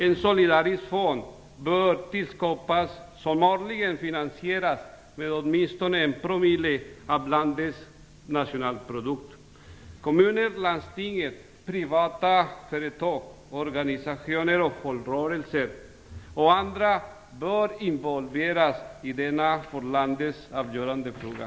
En solidarisk fond bör tillskapas som årligen finansieras med åtminstone Kommuner, landsting, privata företag, organisationer, folkrörelser och andra bör involveras i denna för landet avgörande fråga.